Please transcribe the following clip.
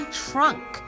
trunk